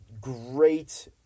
great